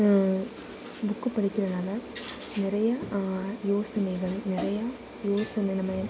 book படிக்கிறதுனால நிறைய யோசனைகள் நிறையா யோசனை நம்ம